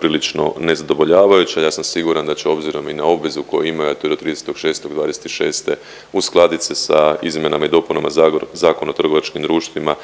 prilično nezadovoljavajuć a ja sam siguran da će obzirom i na obvezu koju imaju, a to je do 30.6.2026. uskladit se sa izmjenama i dopunama Zakona o trgovačkim društvima